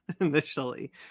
initially